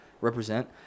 represent